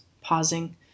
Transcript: pausing